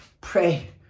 Pray